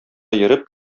йөреп